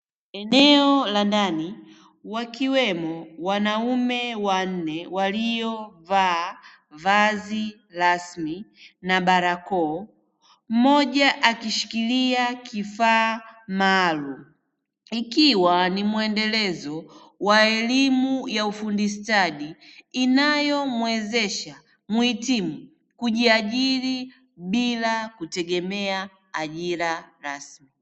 Eneo la ndani wakiwemo wanaume wanne walio vaa vazi rasmi na barakoa, mmoja akishkilia kifaa maalumu ikiwa ni muendelezo wa elimu ya ufundi stadi inayomwezesha muhitimu kujiajiri bila kutegemea ajira rasmi.